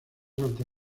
alta